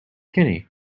kenny